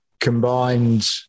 combined